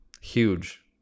huge